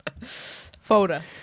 Folder